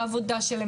בעבודה שלהן,